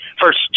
first